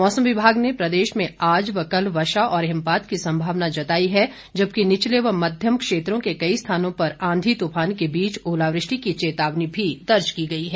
मौसम विभाग ने प्रदेश में आज व कल वर्षा और हिमपात की सम्भावना जताई है जबकि निचले व मध्यम क्षेत्रों के कई स्थानों पर आंधी तूफान के बीच ओलावृष्टि की चेतावनी भी दी गई है